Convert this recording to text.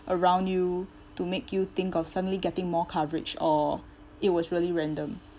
around you to make you think of suddenly getting more coverage or it was really random